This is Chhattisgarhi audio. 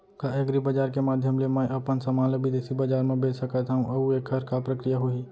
का एग्रीबजार के माधयम ले मैं अपन समान ला बिदेसी बजार मा बेच सकत हव अऊ एखर का प्रक्रिया होही?